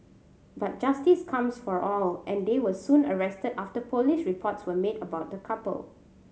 but justice comes for all and they were soon arrested after police reports were made about the couple